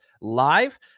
live